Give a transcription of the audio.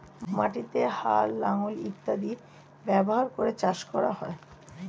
মাটিতে হাল, লাঙল ইত্যাদি ব্যবহার করে চাষ করা হয়